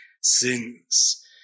sins